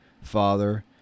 father